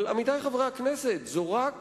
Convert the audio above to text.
עמיתי חברי הכנסת, זה רק